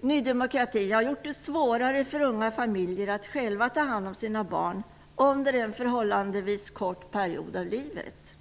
Ny demokrati har gjort det svårare för unga familjer att själva ta hand om sina barn under en förhållandevis kort period av livet.